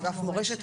או אגף מורשת?